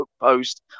post